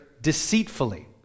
deceitfully